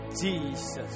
Jesus